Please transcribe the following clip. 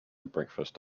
breakfast